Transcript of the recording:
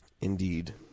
indeed